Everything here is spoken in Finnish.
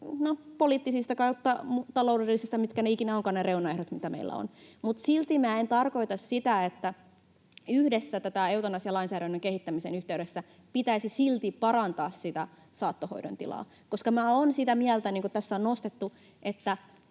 poliittisista/taloudellisista reunaehdoista — mitkä ikinä ovatkaan ne reunaehdot, mitä meillä on — mutta silti minä en tarkoita sitä, että tämän eutanasialainsäädännön kehittämisen yhteydessä ei pitäisi silti parantaa sitä saattohoidon tilaa, koska minä olen sitä mieltä, niin kuin tässä on nostettu,